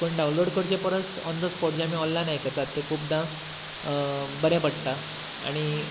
पूण डावनलाॅड करच्या परस ऑन द स्पॉट जें आमी ऑनलायन आयकतात तें खुबदां बरें पडटा आनी